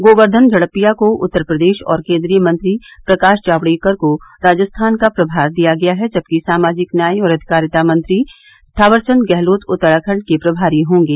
गोर्क्धन झड़पिया को उत्तर प्रदेश और केन्द्रीय मंत्री प्रकाश जावड़ेकर को राजस्थान का प्रभार दिया गया है जबकि सामाजिक न्याय और अधिकारिता मंत्री थावरचंद गहलोत उत्तराखंड के प्रभारी होंगे